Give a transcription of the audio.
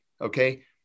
Okay